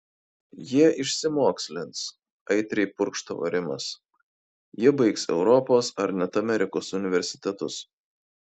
jie išsimokslins aitriai purkštavo rimas jie baigs europos ar net amerikos universitetus